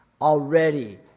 Already